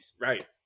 Right